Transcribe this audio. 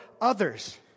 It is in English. others